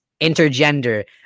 intergender